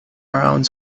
around